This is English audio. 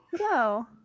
hello